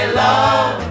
love